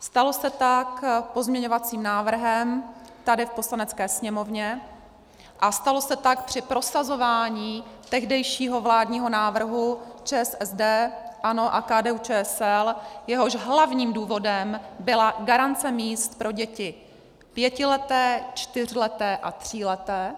Stalo se tak pozměňovacím návrhem tady v Poslanecké sněmovně a stalo se tak při prosazování tehdejšího vládního návrhu ČSSD, ANO a KDUČSL, jehož hlavním důvodem byla garance míst pro děti pětileté, čtyřleté a tříleté,